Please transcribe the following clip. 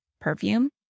perfume